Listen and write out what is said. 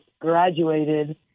graduated